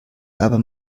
aber